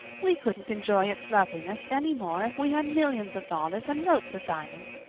we couldn't enjoy its loveliness any more if we had millions of dollars and ropes of diamonds.